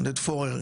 עודד פורר,